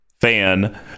fan